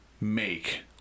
make